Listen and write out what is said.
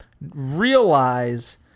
realize